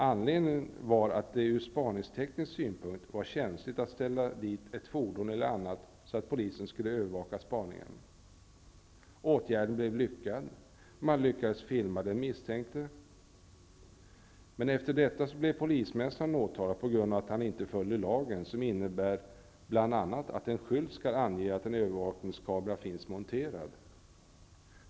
Anledningen var att det ur spaningsteknisk synpunkt var känsligt att ställa dit ett fordon eller annat så att polisen skulle övervaka spaningen. Åtgärden blev lyckad. Man lyckades filma den misstänkte. Men efter detta blev polismästaren åtalad på grund av att han inte följde lagen, som bl.a. säger att en skylt skall ange att en övervakningskamera finns monterad.